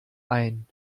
ein